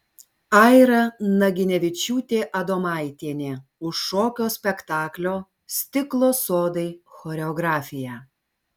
aira naginevičiūtė adomaitienė už šokio spektaklio stiklo sodai choreografiją